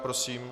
Prosím.